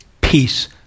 peace